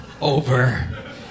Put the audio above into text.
over